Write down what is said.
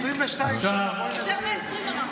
טלי גוטליב (הליכוד): אני לא אשתכנע.